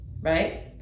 right